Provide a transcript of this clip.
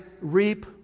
reap